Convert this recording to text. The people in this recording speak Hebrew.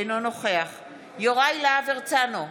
אינו נוכח יוראי להב הרצנו,